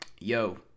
yo